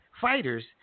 fighters